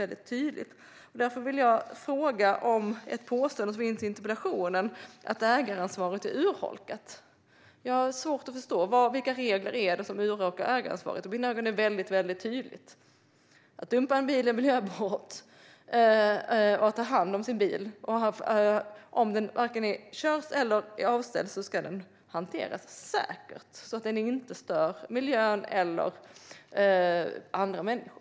Jag vill ställa en fråga om ett påstående i interpellationen, nämligen att ägaransvaret är urholkat. Jag har svårt att förstå. Vilka regler urholkar ägaransvaret? Det är tydligt att dumpning av en bil är ett miljöbrott. Om en bil varken körs eller är avställd ska bilen hanteras säkert så att den inte stör miljön eller andra människor.